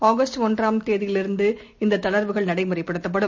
August ஒன்றாம் தேதியிலிருந்து இந்ததளர்வுகள் நடைமுறைப்படுத்தப்படும்